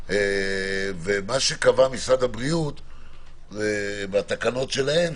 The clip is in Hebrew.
ומה שקבע משרד הבריאות בתקנות שלהם,